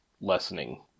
lessening